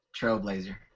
Trailblazer